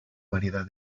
variedad